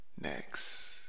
next